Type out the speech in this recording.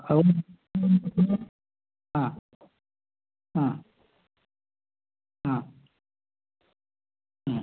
हां हां हां